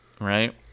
right